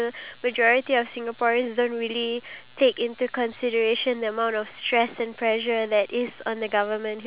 iya if let's say you're a solo person like for example if both of us you know we're running our e-commerce business